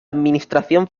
administración